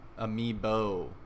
amiibo